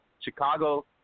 Chicago